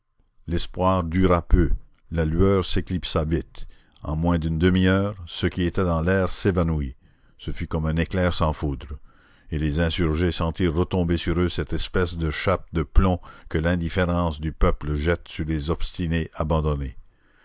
l'espoir dura peu la lueur s'éclipsa vite en moins d'une demi-heure ce qui était dans l'air s'évanouit ce fut comme un éclair sans foudre et les insurgés sentirent retomber sur eux cette espèce de chape de plomb que l'indifférence du peuple jette sur les obstinés abandonnés